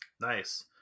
nice